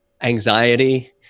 anxiety